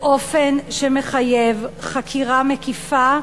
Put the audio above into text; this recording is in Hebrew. באופן שמחייב חקירה מקיפה,